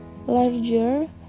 larger